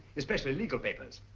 especially legal papers.